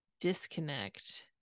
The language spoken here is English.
disconnect